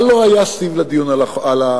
מה לא היה סביב הדיון של ועדת-ששינסקי.